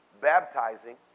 baptizing